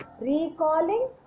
recalling